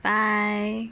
bye